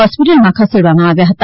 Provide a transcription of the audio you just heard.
હોસ્પિટલમાં ખસેડવામાં આવ્યા હતા